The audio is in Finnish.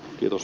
kiitos